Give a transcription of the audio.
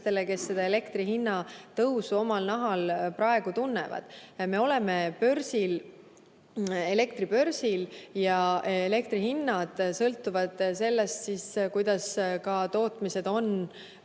kes elektri hinna tõusu omal nahal praegu tunnevad. Me oleme elektribörsil ja elektri hinnad sõltuvad sellest, kuidas on tootmised